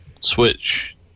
switch